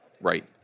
Right